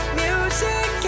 music